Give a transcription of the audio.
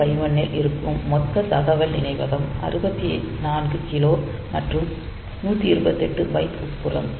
8051 இல் இருக்கும் மொத்த தகவல் நினைவகம் 64K மற்றும் 128 பைட் உட்புறம்